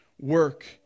work